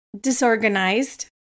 disorganized